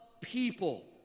people